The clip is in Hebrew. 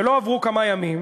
ולא עברו כמה ימים